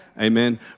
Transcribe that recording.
Amen